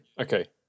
Okay